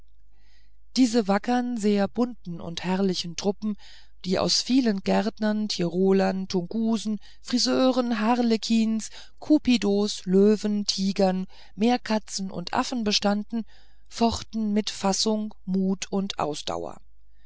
diese wackern sehr bunten und herrlichen truppen die aus vielen gärtnern tirolern tungusen friseurs harlekins kupidos löwen tigern meerkatzen und affen bestanden fochten mit fassung mut und ausdauer